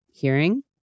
hearing